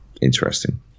interesting